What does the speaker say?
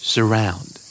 Surround